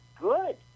good